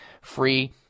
free